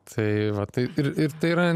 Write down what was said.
tai va tai ir ir tai yra